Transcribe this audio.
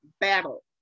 battle